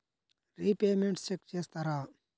Repayments check చేస్తారా?